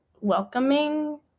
welcoming